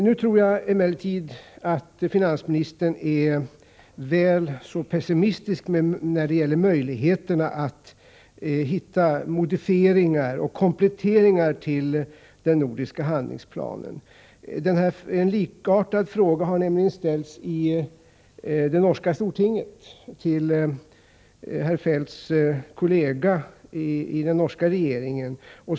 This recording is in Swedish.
Nu tror jag emellertid att finansministern är väl pessimistisk när det gäller möjligheten att hitta modifieringar och kompletteringar till den nordiska handlingsplanen. En likartad fråga har nämligen ställts i det norska Stortinget, till herr Feldts kollega i den norska regeringen.